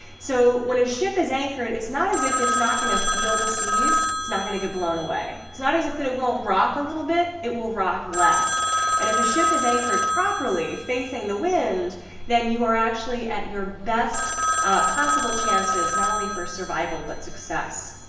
so when a ship is anchored, it's not as if it's not gonna feel the seas. it's not gonna get blown away. it's not as if it will rock a little bit, it will rock less and if a ship is anchored properly facing the wind then you are actually at your best possible chances not only for survival but success.